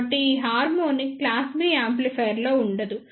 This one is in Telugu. కాబట్టి ఈ హార్మోనిక్ క్లాస్ B యాంప్లిఫైయర్లో ఉండదు